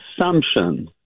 assumption